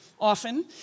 often